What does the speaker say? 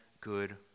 good